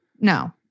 No